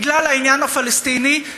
בגלל העניין הפלסטיני,